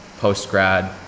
post-grad